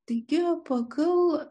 taigi pagal